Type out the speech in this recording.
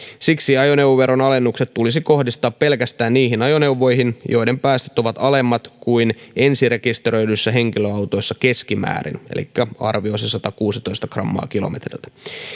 siksi ajoneuvoveron alennukset tulisi kohdistaa pelkästään niihin ajoneuvoihin joiden päästöt ovat alemmat kuin ensirekisteröidyissä henkilöautoissa keskimäärin elikkä arviolta satakuusitoista grammaa kilometriltä